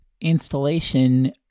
installation